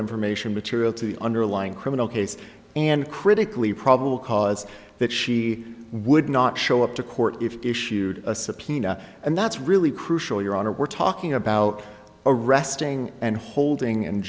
information material to the underlying criminal case and critically probable cause that she would not show up to court if you issued a subpoena and that's really crucial your honor we're talking about arresting and holding and